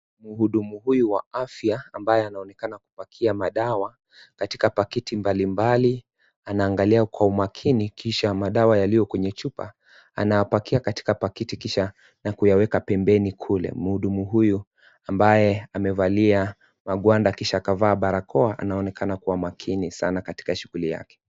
Muhudumu huyu wa afya ambaye anaonekana kubakia madawa katika paketi mbalimbali anangalia kwa umakini kisha madawa yaliyo kwenye chupa anayapakia kwenye paketi kisha na kuyaweka pembeni kule muhudumu huyu ambaye amevalia mawanda kisha akavaa barakoa anaonekana kuwa makini sana katika shughuli yake.